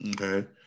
Okay